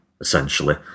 essentially